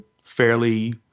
fairly